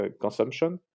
consumption